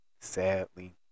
sadly